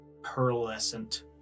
pearlescent